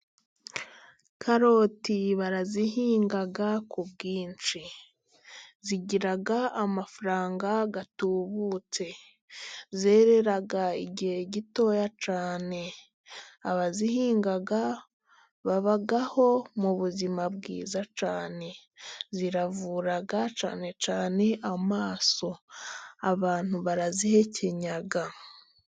Karoti bazihinga ku bwinshi, zigira amafaranga atubutse, zerera igihe gitoya cyane, abazihinga babaho mu buzima bwiza cyane, zivura cyane cyane amaso, abantu barazihekenya.